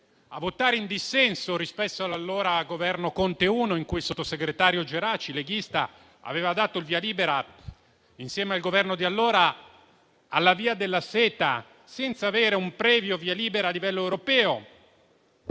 a votare in dissenso rispetto all'allora Governo Conte I, in cui il sottosegretario Geraci, leghista, aveva dato il via libera, insieme al Governo di allora, alla via della seta senza avere un previo via libera a livello europeo,